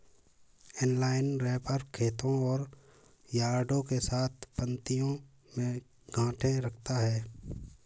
inline wrapper खेतों और यार्डों के साथ पंक्तियों में गांठें रखता है